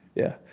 yeah.